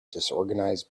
disorganized